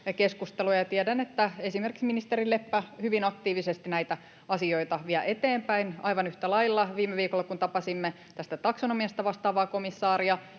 ja tiedän, että esimerkiksi ministeri Leppä hyvin aktiivisesti näitä asioita vie eteenpäin. Aivan yhtä lailla viime viikolla, kun tapasimme tästä taksonomiasta vastaavaa komissaaria